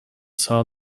saw